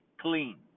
clean